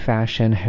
Fashion